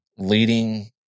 leading